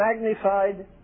magnified